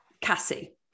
Cassie